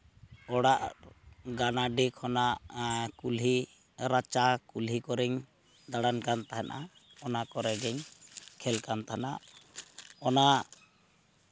ᱚᱲᱟᱜ ᱜᱟᱱᱟᱰᱤ ᱠᱷᱚᱱᱟᱜ ᱠᱩᱞᱦᱤ ᱨᱟᱪᱟ ᱠᱩᱞᱦᱤ ᱠᱚᱨᱮᱧ ᱫᱟᱬᱟᱱ ᱠᱟᱱ ᱛᱟᱦᱮᱱᱟ ᱚᱱᱟ ᱠᱚᱨᱮ ᱜᱮᱧ ᱠᱷᱮᱞ ᱠᱟᱱ ᱛᱟᱦᱮᱱᱟ ᱚᱱᱟ